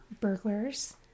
burglars